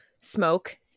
smoke